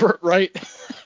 Right